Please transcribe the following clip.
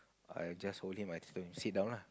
I just hold him I just tell him sit down lah